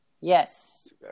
Yes